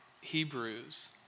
Hebrews